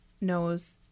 knows